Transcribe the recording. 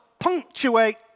punctuate